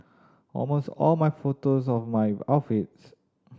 almost all my photos of my outfits